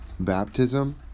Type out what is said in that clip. baptism